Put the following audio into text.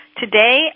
today